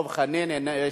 ישנו.